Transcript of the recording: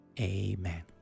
amen